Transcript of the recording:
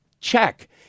Check